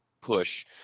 push